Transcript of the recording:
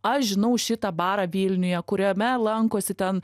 aš žinau šitą barą vilniuje kuriame lankosi ten